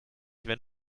wenn